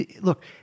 look